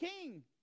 king